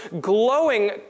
glowing